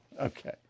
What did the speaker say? Okay